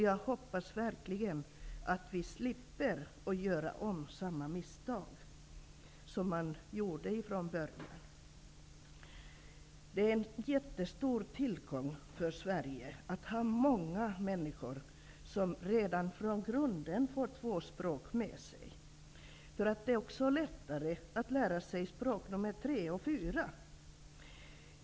Jag hoppas verkligen att vi slipper göra om samma misstag som man gjorde från början. Det är en jättestor tillgång för Sverige att ha många människor som redan från grunden får två språk med sig. Det är då också lättare att lära sig språk nummer tre och fyra.